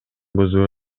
бузуу